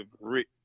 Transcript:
Rick